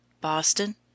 Boston